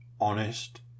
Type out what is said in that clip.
honest